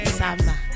summer